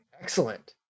Excellent